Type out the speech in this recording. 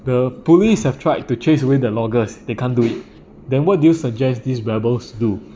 the police have tried to chase away the loggers they can't do it then what do you suggest these rebels do